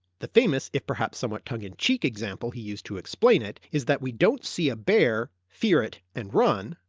the famous, if perhaps somewhat tongue-in-cheek, example he used to explain it is that we don't see a bear, fear it, and run,